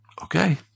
Okay